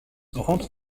rentre